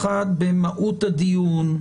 לאסיר ולסנגור להגיש ב-48 שעות זה לטובתכם,